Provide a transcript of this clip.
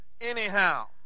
anyhow